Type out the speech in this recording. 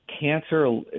cancer